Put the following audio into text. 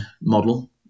model